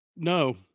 no